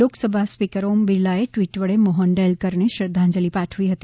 Lok Sabha speaker Om બિરલાએ tweet વડે મોફન ડેલકરને શ્રધ્ધાજલિ પાઠવી હતી